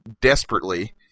desperately